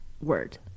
word